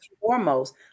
foremost